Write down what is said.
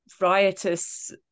riotous